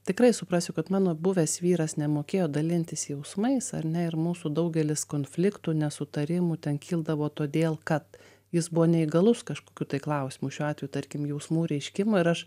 tikrai suprasiu kad mano buvęs vyras nemokėjo dalintis jausmais ar ne ir mūsų daugelis konfliktų nesutarimų ten kildavo todėl kad jis buvo neįgalus kažkokiu tai klausimu šiuo atveju tarkim jausmų reiškimo ir aš